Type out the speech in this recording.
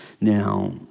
Now